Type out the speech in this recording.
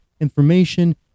information